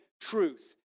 truth